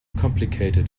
complicated